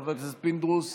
חבר הכנסת פינדרוס,